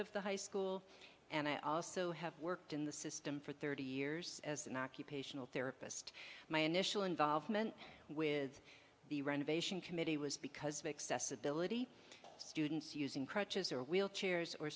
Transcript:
of the high school and i also have worked in the system for thirty years as an occupational therapist my initial involvement with the renovation committee was because of accessibility students using crutches or wheelchairs or